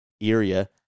area